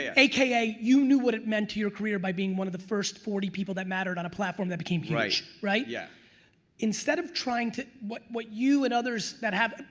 ah aka, you knew what it meant to your career by being one of the first forty people that mattered on a platform that became fresh, right? yeah instead of trying to. what what you and others that have.